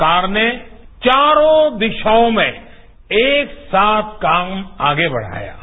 सरकार ने चारों दिशाओं में एक साथ काम आगे बढ़ाया है